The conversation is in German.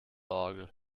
orgel